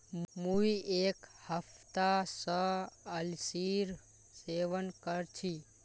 मुई एक हफ्ता स अलसीर सेवन कर छि